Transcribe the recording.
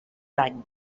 dany